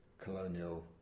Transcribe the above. colonial